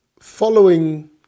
following